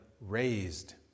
raised